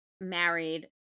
married